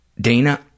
Dana